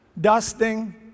dusting